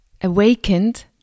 awakened